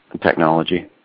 technology